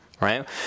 Right